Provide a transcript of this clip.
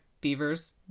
beavers